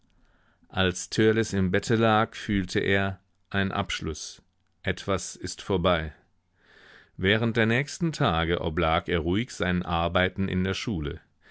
als törleß im bette lag fühlte er ein abschluß etwas ist vorbei während der nächsten tage oblag er ruhig seinen arbeiten in der schule